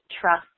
trust